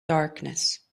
darkness